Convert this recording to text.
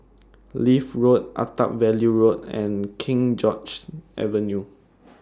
Leith Road Attap Valley Road and King George's Avenue